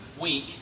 week